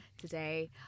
today